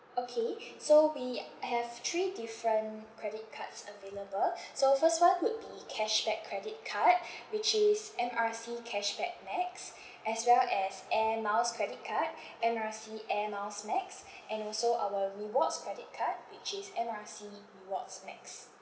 okay so we have three different credit cards available so first one would be cashback credit card which is M R C cashback max as well as air miles credit card M R C air miles max and also our rewards credit card which is M R C rewards max